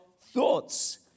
thoughts